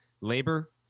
labor